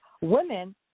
women